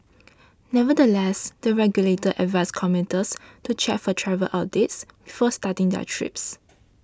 nevertheless the regulator advised commuters to check for travel updates before starting their trips